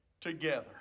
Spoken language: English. together